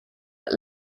but